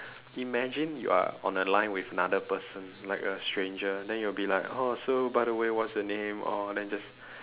imagine you're on the line with another person like a stranger then you'll be like oh so by the way what's your name oh then just